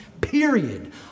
period